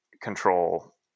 control